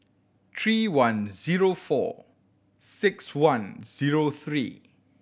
three one zero four six one zero three